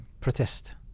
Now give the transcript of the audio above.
protest